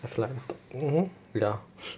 it's like wait ah